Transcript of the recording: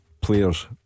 players